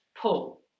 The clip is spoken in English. pull